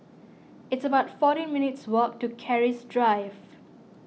it's about fourteen minutes' walk to Keris Drive